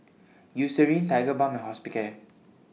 Eucerin Tigerbalm and Hospicare